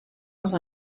els